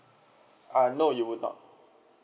uh no you would not